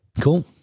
Cool